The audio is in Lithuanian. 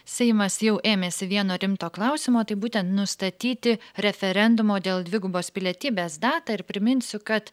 seimas jau ėmėsi vieno rimto klausimo tai būtent nustatyti referendumo dėl dvigubos pilietybės datą ir priminsiu kad